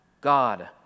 God